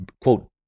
quote